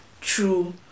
true